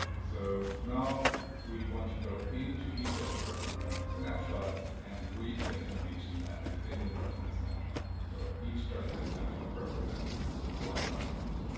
so now, we want to go into each of the document snapshots and read the information that is in the document snapshot. so each document snapshot represents one document.